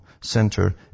Center